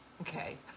okay